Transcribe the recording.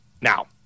Now